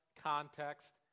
context